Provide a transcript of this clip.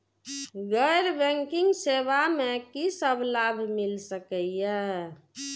गैर बैंकिंग सेवा मैं कि सब लाभ मिल सकै ये?